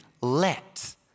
let